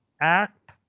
act